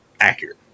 accurate